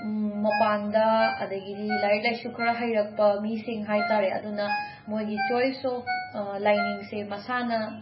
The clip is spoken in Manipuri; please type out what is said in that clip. ꯃꯄꯥꯟꯗ ꯑꯗꯒꯤꯗꯤ ꯂꯥꯏꯔꯤꯛ ꯂꯥꯏꯁꯨ ꯈꯔ ꯍꯩꯔꯛꯄ ꯃꯤꯁꯤꯡ ꯍꯥꯏꯇꯥꯔꯦ ꯑꯗꯨꯅ ꯃꯣꯏꯒꯤ ꯆꯣꯏꯁ ꯑꯣꯞ ꯂꯥꯏꯅꯤꯡꯁꯦ ꯃꯁꯥꯅꯥ